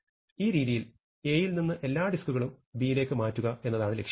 ഈ രീതിയിൽ A യിൽ നിന്നും എല്ലാ ഡിസ്ക്കുകളും B ലേക്ക് മാറ്റുക എന്നതാണ് ലക്ഷ്യം